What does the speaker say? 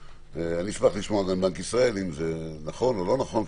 אשמח לשמוע מבנק ישראל אם זה נכון או לא נכון,